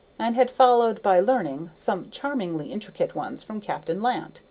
and had followed by learning some charmingly intricate ones from captain lant,